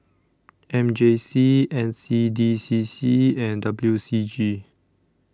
M J C NC D C C and WC G